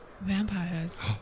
vampires